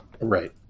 Right